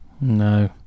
No